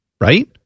right